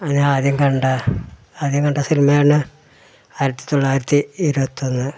അതിനാദ്യം കണ്ട ആദ്യം കണ്ട സിനിമയാണ് ആയിരത്തി തൊള്ളായിരത്തി ഇരുപത്തൊന്ന്